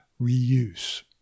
reuse